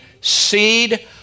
seed